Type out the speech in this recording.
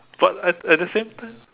but at at the same time